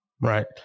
Right